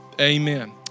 Amen